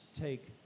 take